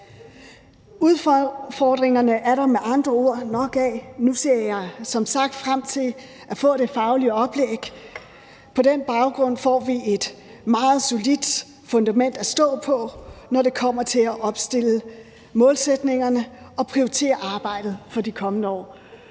Udfordringer er der med andre ord nok af. Nu ser jeg som sagt frem til at få det faglige oplæg. På den baggrund får vi et meget solidt fundament at stå på, når det kommer til at opstille målsætningerne og prioritere arbejdet for de kommende år.